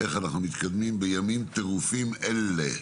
איך אנחנו מתקדמים בימים טרופים אלה.